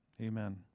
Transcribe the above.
Amen